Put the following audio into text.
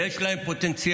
ויש להם פוטנציאל.